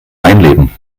einleben